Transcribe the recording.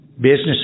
business